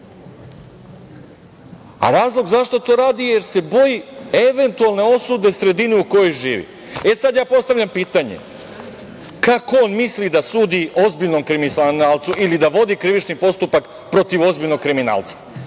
Razlog zašto to radi je jer se boji eventualne osude sredine u kojoj živi.E sad, ja postavljam pitanje – kako on misli da sudi ozbiljnom kriminalcu ili da vodi krivični postupak protiv ozbiljnog kriminalca? Znači,